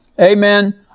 amen